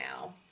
now